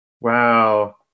wow